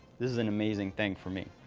this is an amazing thing for me.